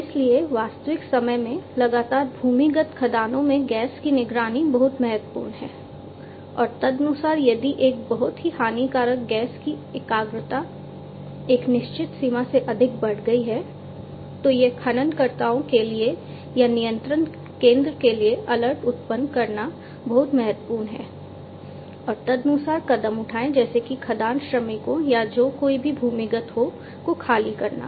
इसलिए वास्तविक समय में लगातार भूमिगत खदानों में गैस की निगरानी बहुत महत्वपूर्ण है और तदनुसार यदि एक बहुत ही हानिकारक गैस की एकाग्रता एक निश्चित सीमा से अधिक बढ़ गई है तो यह खननकर्ताओं के लिए या नियंत्रण केंद्र के लिए अलर्ट उत्पन्न करना बहुत महत्वपूर्ण है और तदनुसार कदम उठाएं जैसे कि खदान श्रमिकों या जो कोई भी भूमिगत हो को खाली करना